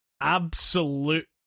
absolute